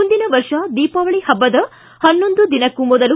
ಮುಂದಿನ ವರ್ಷ ದೀಪಾವಳಿ ಪಬ್ಬದ ಪನ್ನೊಂದು ದಿನಕ್ಕೂ ಮೊದಲು